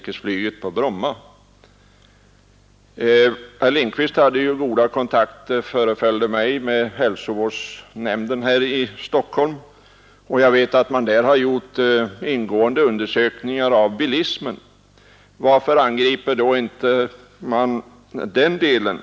Det föreföll mig som om herr Lindkvist hade goda kontakter med hälsovårdsnämnden i Stockholm, och jag vet att man där har gjort ingående undersökningar av bilismen. Varför angriper man inte det buller den förorsakar?